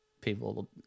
people